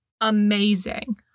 amazing